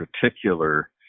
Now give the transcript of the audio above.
particular